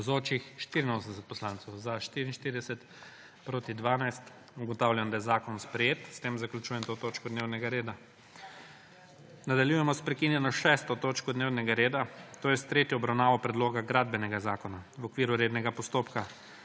proti 12. (Za je glasovalo 44.) (Proti 12.) Ugotavljam, da je zakon sprejet. S tem zaključujem to točko dnevnega reda. Nadaljujemo s prekinjeno 6. točko dnevnega reda – s tretjo obravnavo predloga Gradbenega zakona, v okviru rednega postopka.